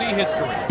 history